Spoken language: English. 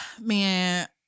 Man